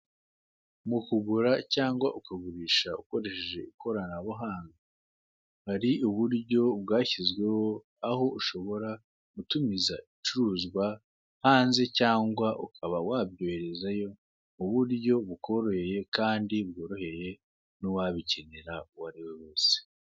Mu kugura cyangwa kugurisha ukoresheje ikoranabuhanga, hari uburyo bwashyizweho aho ushobora gutumiza ibicuruzwa, hanze cyangwa ukaba wabyoherezayo mu buryo kandi bworoheye n'uwabikem]nera uwo ariwe wese.